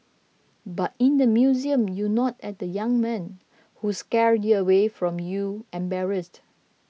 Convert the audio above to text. but in the museum you nod at the young men who scurry away from you embarrassed